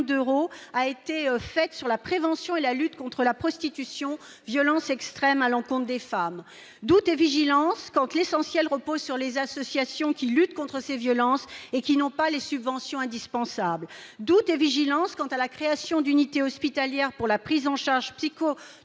consacrées à la prévention et à la lutte contre la prostitution, violence extrême à l'encontre des femmes. Doute et vigilance quand l'essentiel repose sur les associations qui luttent contre ces violences et qui n'ont pas les subventions indispensables. Doute et vigilance quant à la création d'unités hospitalières pour la prise en charge psychotraumatique